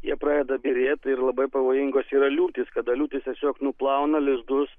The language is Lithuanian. jie pradeda byrėt ir labai pavojingos yra liūtys kada liūtys tiesiog nuplauna lizdus